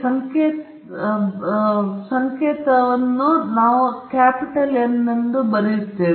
ಆದ್ದರಿಂದ ನೀವು ಮೈನಸ್ ಅನಂತದಿಂದ ಪ್ಲಸ್ ಅನಂತಕ್ಕೆ ಹೋಗುವಿರಿ ಆದರೆ ಬಾಲವು ತುಂಬಾ ತೆಳುವಾದಾಗ ನೀವು ಸರಾಸರಿ ಮೌಲ್ಯದಿಂದ ಮತ್ತಷ್ಟು ದೂರ ಹೋಗಿರಿ